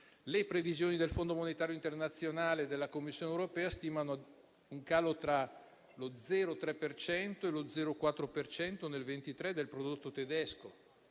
Le previsioni del Fondo monetario internazionale e della Commissione europea stimano un calo tra lo 0,3 e lo 0,4 per cento nel 2023 del prodotto interno